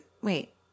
Wait